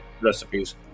recipes